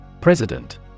President